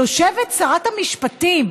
יושבת שרת המשפטים,